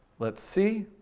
let's see,